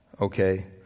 okay